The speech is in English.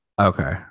okay